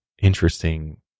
interesting